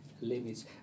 limits